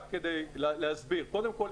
קודם כל,